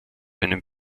einem